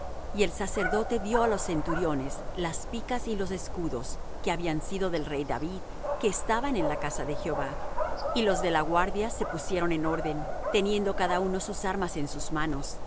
y el sacerdote dió á los centuriones las picas y los escudos que habían sido del rey david que estaban en la casa de jehová y los de la guardia se pusieron en orden teniendo cada uno sus armas en sus manos